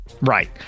Right